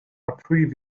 approve